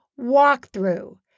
walkthrough